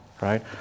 right